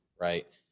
right